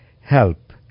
help